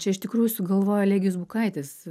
čia iš tikrųjų sugalvojo elegijus bukaitis